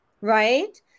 Right